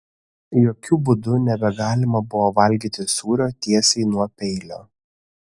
jokiu būdu nebegalima buvo valgyti sūrio tiesiai nuo peilio